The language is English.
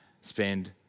spend